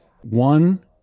One